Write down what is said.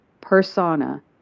persona